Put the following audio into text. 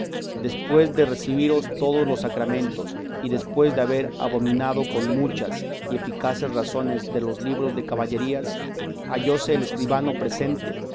después de recebidos todos los sacramentos y después de haber abominado con muchas y eficaces razones de los libros de caballerías hallóse el escribano presente